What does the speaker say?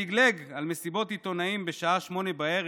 שלגלג על מסיבות עיתונאים בשעה 20:00,